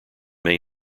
may